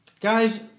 Guys